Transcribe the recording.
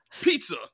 pizza